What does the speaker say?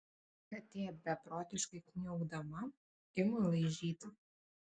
katė beprotiškai kniaukdama ima laižyti